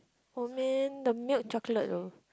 oh man the milk chocolate though